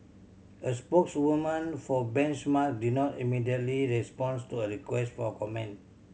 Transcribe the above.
a spokeswoman for Benchmark did not immediately responds to a request for comment